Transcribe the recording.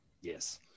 Yes